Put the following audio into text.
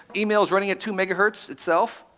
emails running at two megahertz itself,